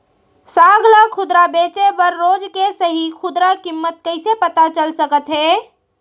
साग ला खुदरा बेचे बर रोज के सही खुदरा किम्मत कइसे पता चल सकत हे?